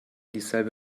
dieselbe